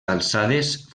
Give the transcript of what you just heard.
alçades